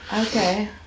okay